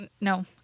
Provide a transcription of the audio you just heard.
No